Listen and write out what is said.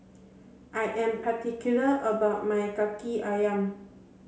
I am particular about my Kaki Ayam